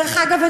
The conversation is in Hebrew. דרך אגב,